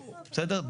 בסדר?